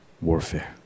warfare